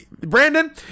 Brandon